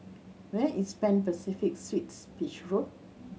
where is Pan Pacific Suites Beach Road